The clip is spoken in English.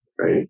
right